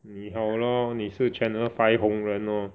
你好 lor 你是 Channel Five 红人 lor